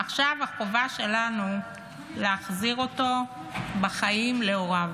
עכשיו החובה שלנו היא להחזיר אותו בחיים להוריו.